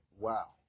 wow